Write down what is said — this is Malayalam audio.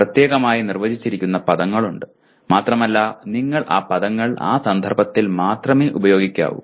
പ്രത്യേകമായി നിർവചിച്ചിരിക്കുന്ന പദങ്ങളുണ്ട് മാത്രമല്ല നിങ്ങൾ ആ പദങ്ങൾ ആ സന്ദർഭത്തിൽ മാത്രമേ ഉപയോഗിക്കാവൂ